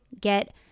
Get